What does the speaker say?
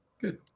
Good